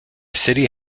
city